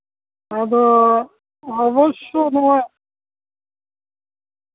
ᱟᱫᱚ ᱚᱵᱳᱥᱥᱳᱭ ᱱᱚᱜᱼᱚᱭ